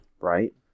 Right